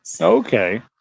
Okay